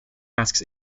asks